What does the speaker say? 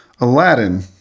Aladdin